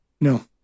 No